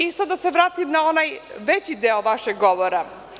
Sada da se vratim na onaj veći deo vašeg govora.